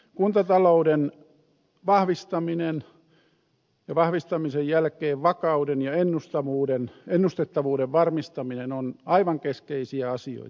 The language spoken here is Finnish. kuntatalouden vahvistaminen ja vahvistamisen jälkeen vakauden ja ennustettavuuden varmistaminen ovat aivan keskeisiä asioita